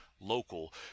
local